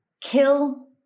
kill